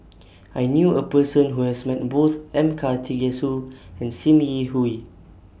I knew A Person Who has Met Both M Karthigesu and SIM Yi Hui